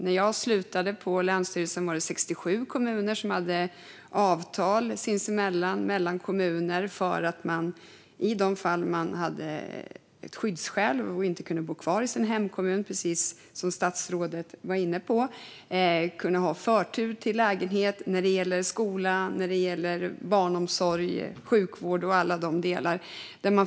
När jag slutade på länsstyrelsen hade 67 kommuner avtal sinsemellan för att personer som hade skyddsskäl och inte kunde bo kvar i sin hemkommun precis som statsrådet var inne på skulle kunna få förtur till lägenhet, skola, barnomsorg, sjukvård och alla de delarna.